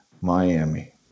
Miami